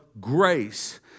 grace